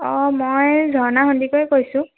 অঁ মই ঝৰ্ণা সন্দিকৈয়ে কৈছোঁ